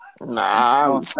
Nah